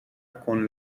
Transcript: con